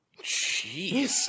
Jeez